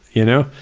you know?